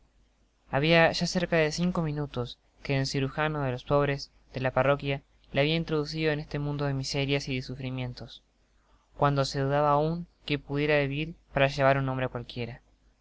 habia ya cerca de cinco minutos que el cirujano de los pobres de la parroquia le habia introducido en este mundo de miserias y de sufrimientos cuando se dudaba aun que pudiera vivir para llevar un nombre cualquiera